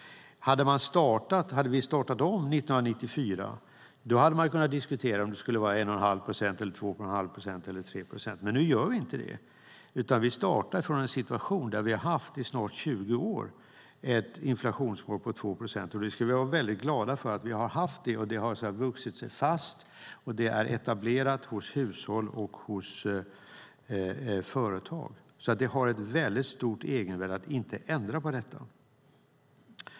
Hade vi startat om 1994 hade man kunnat diskutera om det skulle vara 1 1⁄2 procent, 2 1⁄2 procent eller 3 procent. Men nu gör vi inte det, utan vi startar från en situation där vi i snart 20 år har haft ett inflationsmål på 2 procent. Vi ska vara väldigt glada för att vi har haft det. Det har vuxit sig fast och är etablerat hos hushåll och hos företag. Det har ett väldigt stort egenvärde att inte ändra på detta.